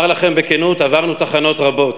אומר לכם בכנות, עברנו תחנות רבות,